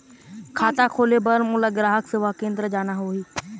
खाता खोले बार मोला ग्राहक सेवा केंद्र जाना होही?